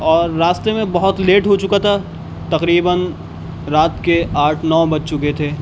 اور راستے میں بہت لیٹ ہو چکا تھا تقریباً رات کے آٹھ نو بج چکے تھے